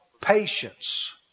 Patience